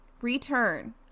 return